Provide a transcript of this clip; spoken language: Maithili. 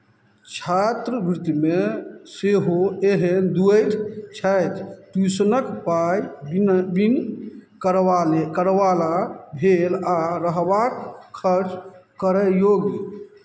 छात्रवृत्तिमे सेहो एहन द्वैत छथि ट्यूशनक पाइ बिन बिन करवाले करयवला भेल आ रहबाक खर्च करय योग्य